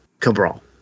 Cabral